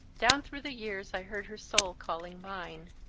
down through the years i heard her soul calling mine